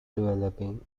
developing